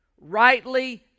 rightly